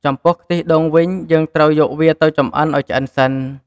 ចំពោះ ខ្ទិះដូងវិញ យើងត្រូវយកវាទៅចម្អិនអោយឆ្អិនសិន។